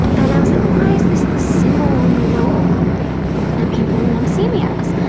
and i was like, why is this the single only role that people want to see me as?